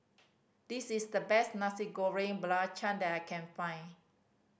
this is the best Nasi Goreng Belacan that I can find